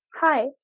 Hi